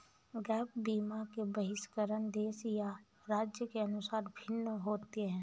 gap बीमा के बहिष्करण देश या राज्य के अनुसार भिन्न होते हैं